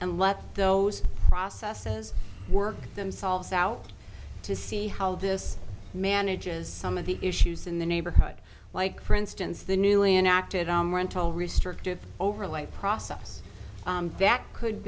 and let those processes work themselves out to see how this manages some of the issues in the neighborhood like for instance the new and acted on rental restrictive overlay process that could